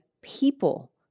people